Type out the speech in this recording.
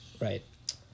right